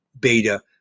beta